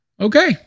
Okay